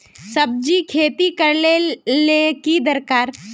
सब्जी खेती करले ले की दरकार?